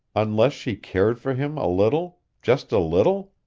unless she cared for him a little just a little?